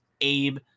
Abe